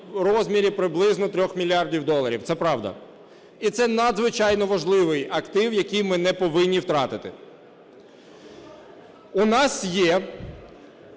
у розмірі приблизно 3 мільярдів доларів. Це правда. І це надзвичайно важливий актив, який ми не повинні втратити. У нас є